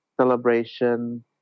celebration